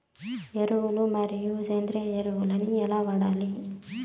ఎరువులు మరియు సేంద్రియ ఎరువులని ఎలా వాడాలి?